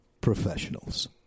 professionals